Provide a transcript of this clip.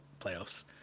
playoffs